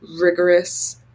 rigorous